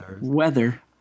Weather